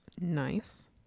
Nice